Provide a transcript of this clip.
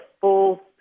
full